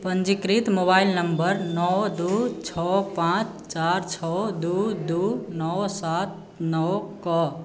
पञ्जीकृत mobile number नओ दू छओ पांँच चार छओ दू दू नओ सात नओ कऽ